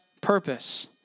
purpose